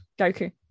Goku